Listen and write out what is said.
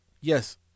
Yes